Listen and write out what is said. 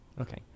Okay